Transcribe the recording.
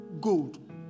gold